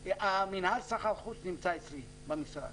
מינהל סחר חוץ נמצא אצלי במשרד.